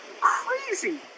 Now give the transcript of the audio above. crazy